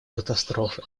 катастрофы